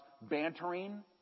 bantering